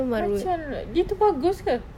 macam rude dia itu bagus ke